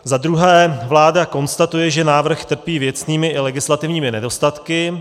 Za druhé, vláda konstatuje, že návrh trpí věcnými i legislativními nedostatky.